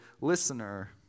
listener